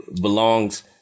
belongs